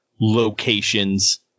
locations